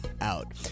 out